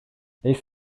these